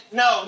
no